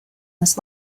this